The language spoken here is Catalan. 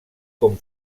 com